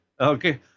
Okay